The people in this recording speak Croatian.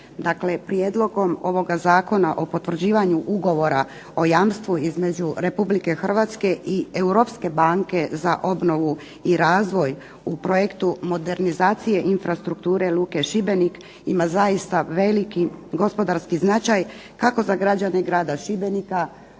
prijedlogom ovoga Zakona o potvrđivanju ugovora o jamstvu između Republike Hrvatske i Europske banke za obnovu i razvoj u projektu modernizacije infrastrukture luke Šibenik ima zaista veliki gospodarski značaj, kako za građane grada Šibenika,